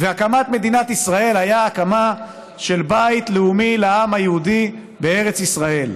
והקמת מדינת ישראל הייתה הקמה של בית לאומי לעם היהודי בארץ ישראל.